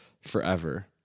forever